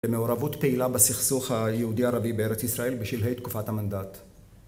למעורבות פעילה בסכסוך היהודי-ערבי בארץ ישראל בשלהי תקופת המנדט